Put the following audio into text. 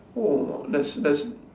oh that's that's